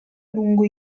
lungo